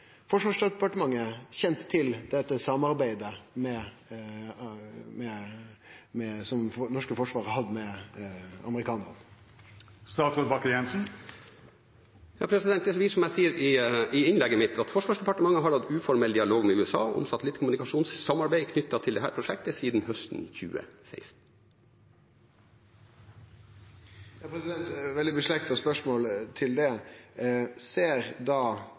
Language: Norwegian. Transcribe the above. Forsvarsdepartementet kjent til dette samarbeidet som det norske forsvaret har hatt med amerikanarane? Jeg viser til det jeg sa i innlegget mitt, at Forsvarsdepartementet har hatt en uformell dialog med USA om satellittkommunikasjonssamarbeid knyttet til dette prosjektet siden høsten 2016. Eit nærliggjande spørsmål til det er: Ser da